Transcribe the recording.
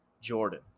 jordan